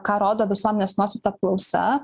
ką rodo visuomenės nuostatų apklausa